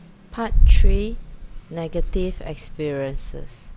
part three negative experiences